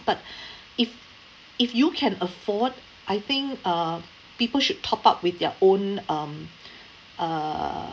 but if if you can afford I think uh people should top up with their own um uh